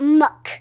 muck